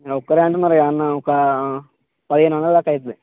ఒక్కరే అంటున్నారు కదా అన్న ఒక పదిహేను వందల దాకా అయ్యిద్ది